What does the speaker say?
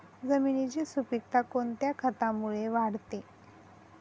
जमिनीची सुपिकता कोणत्या खतामुळे वाढते?